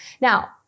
Now